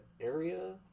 area